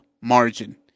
margin